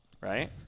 right